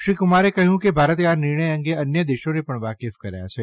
શ્રી કુમારે કહ્યું કે ભારતે આ નિર્ણય અંગે અન્ય દેશોને પણ વાકેફ કર્યા છે